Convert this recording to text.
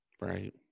Right